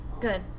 good